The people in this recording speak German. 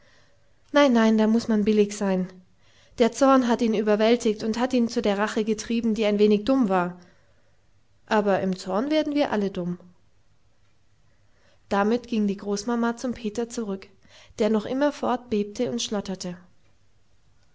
nein nein da muß man billig sein der zorn hat ihn überwältigt und hat ihn zu der rache getrieben die ein wenig dumm war aber im zorn werden wir alle dumm damit ging die großmama zum peter zurück der noch immerfort bebte und schlotterte